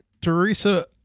Teresa